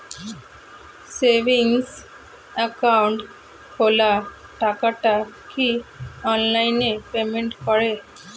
Savings account খোলা টাকাটা কি অনলাইনে পেমেন্ট করে?